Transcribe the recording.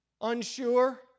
Unsure